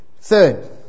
Third